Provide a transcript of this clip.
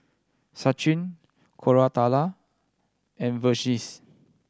Sachin Koratala and Verghese